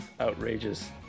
outrageous